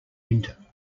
winter